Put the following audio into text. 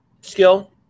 skill